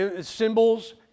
symbols